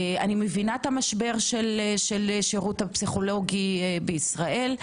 אני מבינה את המשבר של השירות הפסיכולוגי בישראל.